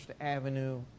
Avenue